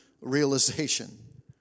realization